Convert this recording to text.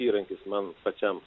įrankis man pačiam